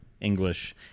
english